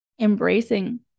embracing